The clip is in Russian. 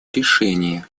решения